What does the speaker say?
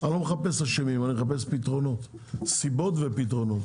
אני לא מחפש אשמים, אני מחפש סיבות ופתרונות.